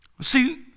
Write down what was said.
See